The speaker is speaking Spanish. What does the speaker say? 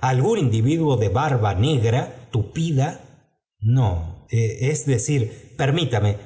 algún individuo de barba negra tupida no es decir permítame